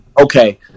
Okay